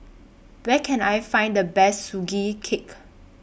Where Can I Find The Best Sugee Cake